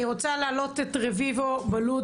אני רוצה להעלות את רביבו בלוד,